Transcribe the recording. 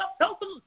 helping